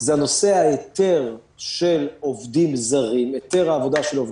זה נושא היתר העבודה של עובדים זרים,